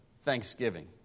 thanksgiving